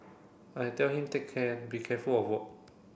I tell him take care and be careful of work